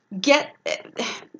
get